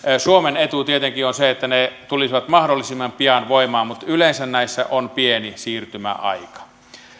suomen etu tietenkin on se että ne tulisivat mahdollisimman pian voimaan mutta yleensä näissä on pieni siirtymäaika